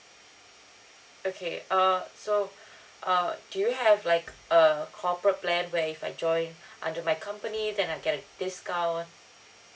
okay err so uh do you have like a corporate plan where if I join under my company then I get a discount